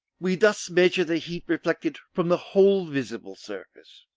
we thus measure the heat reflected from the whole visible surface.